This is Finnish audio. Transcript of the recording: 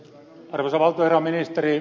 arvoisa puhemies